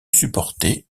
supportait